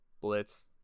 Blitz